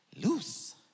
loose